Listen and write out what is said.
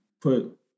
put